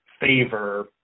favor